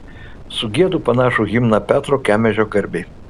sugiedu panašų himną petro kemežio garbei